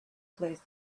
place